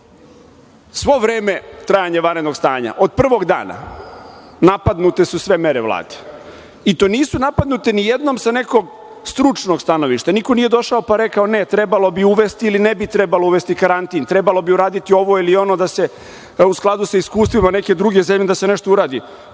svo vreme trajanja vanrednog stanja, od prvog dana, napadnute su sve mere Vlade. I, to nisu napadnute ni jednom sa nekog stručnog stanovišta. Niko nije došao pa rekao – trebalo bi uvesti ili ne bi trebalo uvesti karantin, trebalo bi uraditi ovo ili ono da se u skladu sa iskustvima nekih drugih zemalja da se nešto uradi.